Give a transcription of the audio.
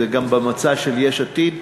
גם במועצה של יש עתיד,